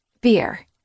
Beer